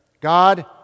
God